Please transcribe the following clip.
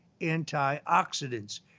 antioxidants